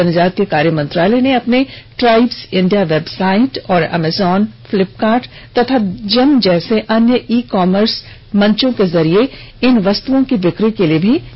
जनजातीय कार्य मंत्रालय ने अपने ट्राइब्स इंडिया वेबसाइट और अमेजॉन फ्लिपकार्ट और जेम जैसे अन्य ई कामर्स मंचों के जरिए इन वस्तुओं की बिक्री के लिए भी एक योजना तैयार की है